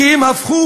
כי הם הפכו